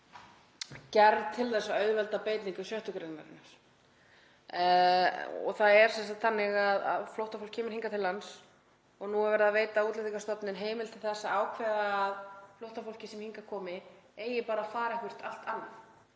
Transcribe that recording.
gerð til að auðvelda beitingu 6. gr. Það er sem sagt þannig að flóttafólk kemur hingað til lands og nú er verið að veita Útlendingastofnun heimild til þess að ákveða að flóttafólkið sem hingað komi eigi bara að fara eitthvert allt annað.